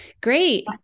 Great